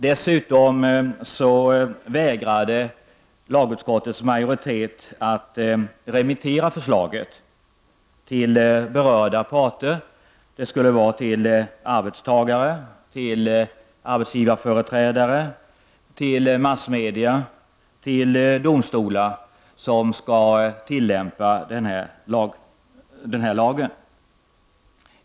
Dessutom vägrade lagutskottets majoritet att remittera förslaget till berörda parter, dvs. till arbetstagare, arbetsgivarföreträdare, massmedia och domstolar som skall tillämpa lagen.